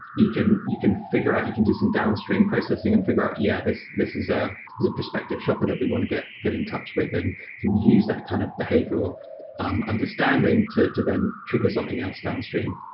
you can you can figure out, you can do some downstream processing and figuring out, yeah, this this is a is a perspective shopper that we want to get get in touch with, and and use that kind of behavioral um understanding to to then trigger something else downstream.